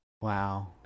wow